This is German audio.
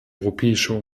europäische